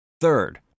Third